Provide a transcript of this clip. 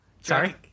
sorry